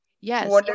Yes